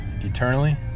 eternally